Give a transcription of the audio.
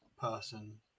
person